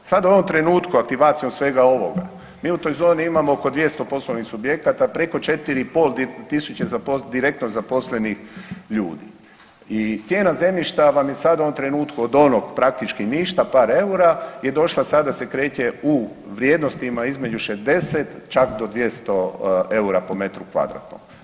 Sada u ovom trenutku, aktivacijom svega ovoga, mi u toj zoni imamo oko 200 poslovnih subjekata, preko 4,5 tisuće .../nerazumljivo/... direktno zaposlenih ljudi i cijena zemljišta vam je sada u ovom trenutku, od onog praktički ništa, par eura je došla, sada se kreće u vrijednostima između 60, čak do 200 eura po metru kvadratnom.